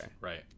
Right